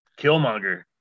Killmonger